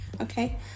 Okay